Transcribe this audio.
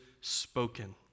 spoken